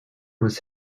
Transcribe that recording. was